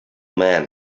man